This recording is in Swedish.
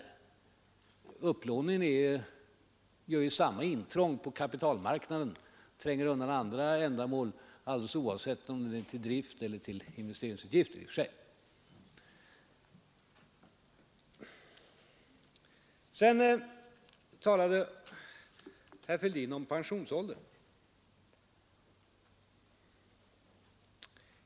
Den statliga upplåningen gör samma intrång på kapitalmarknaden, alldeles oavsett om den sker till driftseller investeringsutgifter. Sedan talade herr Fälldin om pensionsåldern.